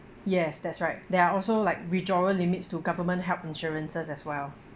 yes that's right there're also like withdrawal limits to government health insurances as well